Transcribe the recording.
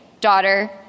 daughter